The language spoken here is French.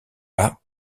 pas